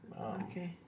Okay